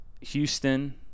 Houston